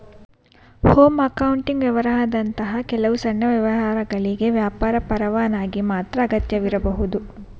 home accounting ವ್ಯವಹಾರದಂತಹ ಕೆಲವು ಸಣ್ಣ ವ್ಯವಹಾರಗಳಿಗೆ ವ್ಯಾಪಾರ ಪರವಾನಗಿ ಮಾತ್ರ ಅಗತ್ಯವಿರಬಹುದು